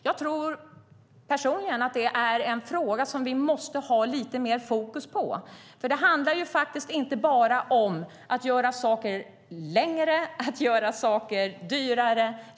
Jag tror personligen att det är en fråga som vi måste ha lite mer fokus på. Det handlar inte om att det blir så mycket bättre om man gör saker längre och gör saker dyrare.